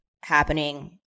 happening